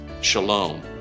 shalom